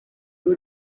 uwo